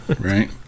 right